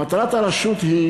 מטרת הרשות היא